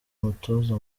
umutoza